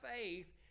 faith